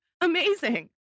Amazing